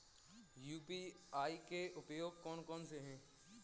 UPI के उपयोग कौन कौन से हैं?